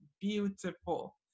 beautiful